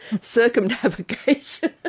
Circumnavigation